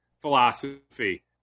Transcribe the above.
philosophy